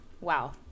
wow